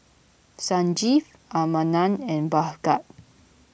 Sanjeev Ramanand and Bhagat